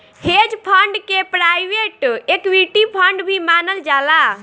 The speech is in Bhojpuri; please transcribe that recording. हेज फंड के प्राइवेट इक्विटी फंड भी मानल जाला